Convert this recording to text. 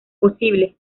posible